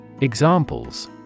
Examples